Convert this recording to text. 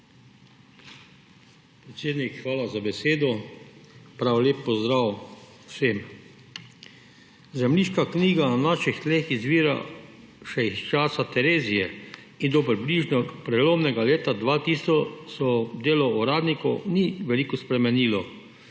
Predsednik, hvala za besedo. Prav lep pozdrav vsem! Zemljiška knjiga na naših tleh izvira še iz časa Terezije in do približno prelomnega leta 2000 se delo uradnikov ni veliko spremenilo.